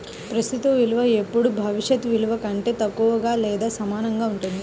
ప్రస్తుత విలువ ఎల్లప్పుడూ భవిష్యత్ విలువ కంటే తక్కువగా లేదా సమానంగా ఉంటుంది